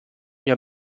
mia